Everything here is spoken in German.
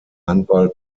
handball